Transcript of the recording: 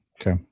Okay